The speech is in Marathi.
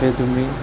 हे तुम्ही